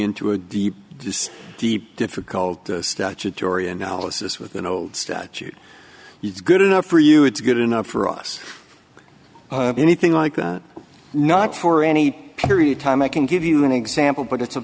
into a deep this deep difficult statutory analysis with an old statute it's good enough for you it's good enough for us anything like that not for any period of time i can give you an example but it's a